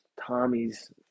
Tommy's